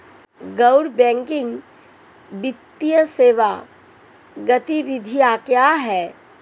गैर बैंकिंग वित्तीय सेवा गतिविधियाँ क्या हैं?